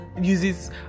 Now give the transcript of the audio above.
uses